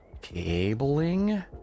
cabling